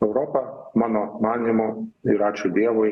europa mano manymu ir ačiū dievui